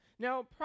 Now